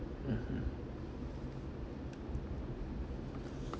mmhmm